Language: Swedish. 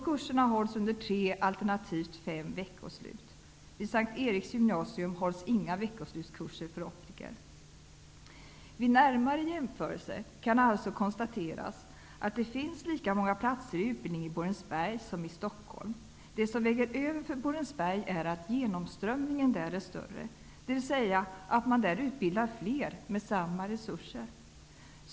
Kurserna hålls under tre alternativt fem veckoslut. Vid S:t Eriks gymnasium hålls inga veckoslutskurser för optiker. Vid en närmare jämförelse kan det alltså konstateras att det finns lika många platser i utbildningen i Borensberg som i Stockholm. Det som väger över för Borensberg är att genomströmningen där är större, dvs. att man där utbildar fler med samma resurser.